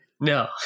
No